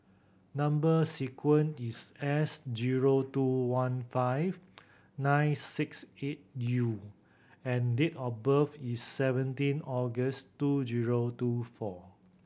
number sequence is S zero two one five nine six eight U and date of birth is seventeen August two zero two four